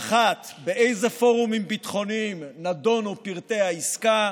האחת, באילו פורומים ביטחוניים נדונו פרטי העסקה,